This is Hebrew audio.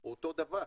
הוא אותו דבר.